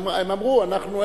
הם אמרו: אנחנו,